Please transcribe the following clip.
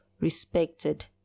respected